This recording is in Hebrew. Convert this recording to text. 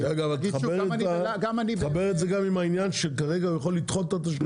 תחבר את זה גם עם העניין שכרגע הוא יכול לדחות את התשלומים.